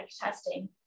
testing